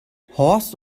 horst